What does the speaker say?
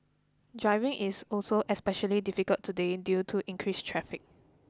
driving is also especially difficult today due to increased traffic